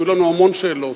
יהיו לנו המון שאלות.